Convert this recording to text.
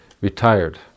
retired